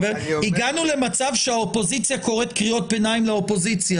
הגענו למצב שהאופוזיציה קוראת קריאות ביניים לאופוזיציה.